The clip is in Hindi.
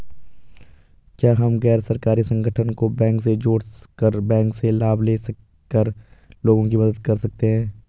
क्या हम गैर सरकारी संगठन को बैंक से जोड़ कर बैंक से लाभ ले कर लोगों की मदद कर सकते हैं?